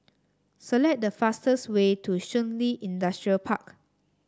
select the fastest way to Shun Li Industrial Park